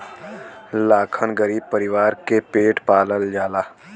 लाखन गरीब परीवार के पेट पालल जाला